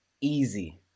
easy